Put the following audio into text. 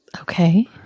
Okay